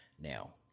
Now